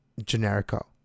Generico